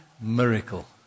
miracle